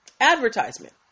advertisement